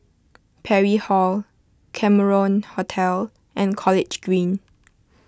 Parry Hall Cameron Hotel and College Green